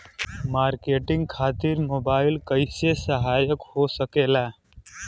Marketing खातिर mobile कइसे सहायक हो सकेला?